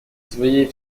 своей